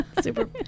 Super